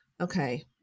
okay